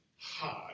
hard